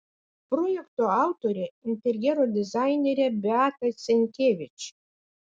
projekto autorė interjero dizainerė beata senkevič